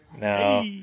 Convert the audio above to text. No